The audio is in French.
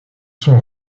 sont